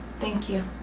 thank you.